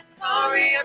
sorry